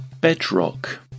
Bedrock